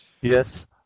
yes